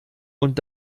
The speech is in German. und